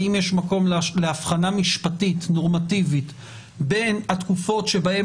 האם יש מקום לאבחנה משפטית נורמטיבית בין התקופות שבהן